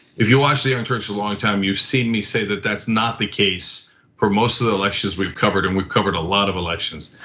if you've watched the young turks a long time, you've seen me say that that's not the case for most of the elections we've covered and we've covered a lot of elections.